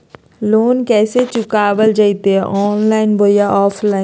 Loan कैसे चुकाबल जयते ऑनलाइन बोया ऑफलाइन?